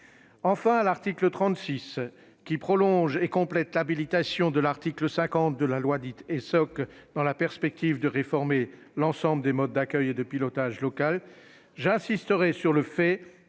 Enfin, l'article 36 prolonge et complète l'habilitation issue de l'article 50 de la loi Essoc, dans la perspective d'une réforme de l'ensemble des modes d'accueil et de pilotage local. J'insisterai sur le fait